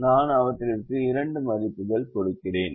நான் அவற்றிற்கு இரண்டு மதிப்புகளைக் கொடுக்கிறேன்